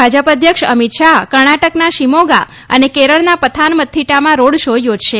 ભાજપ અધ્યક્ષ અમિત શાહ કર્ણાટકના શિમોગા અને કેરળના પતનમથિટ્ટામાં રોડ શો યોજશે